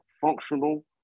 functional